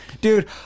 dude